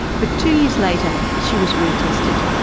but two years later she was re-tested.